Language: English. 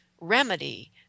remedy